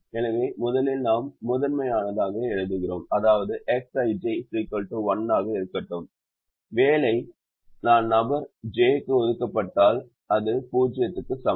எனவே முதலில் நாம் முதன்மையானதை எழுதுகிறோம் அதாவது Xij 1 ஆக இருக்கட்டும் வேலை நான் நபர் j க்கு ஒதுக்கப்பட்டால் அது 0 க்கு சமம்